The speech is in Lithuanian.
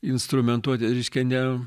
instrumentuotė reiškia ne